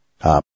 Up